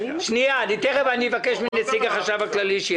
תיכף אבקש מנציג החשב הכללי להגיד.